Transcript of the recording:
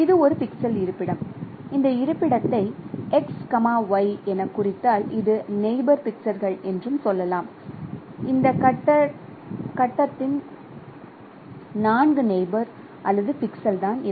இது ஒரு பிக்சல் இருப்பிடம் இந்த இருப்பிடத்தை x y எனக் குறித்தால் இது நெயிபோர் பிக்சல்கள் என்றும்சொல்லலாம் இந்த கட்டத்தின் 4 நெயிபோர் அல்லது பிக்சல் தான் இவை